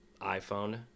iPhone